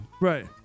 Right